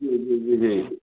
جی جی جی